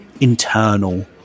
internal